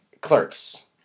Clerks